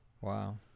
Wow